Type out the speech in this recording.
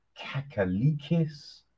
Kakalikis